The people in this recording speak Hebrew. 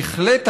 בהחלט,